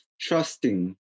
trusting